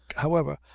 however,